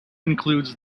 includes